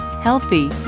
healthy